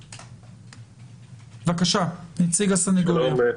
בבקשה, נציג הסנגוריה.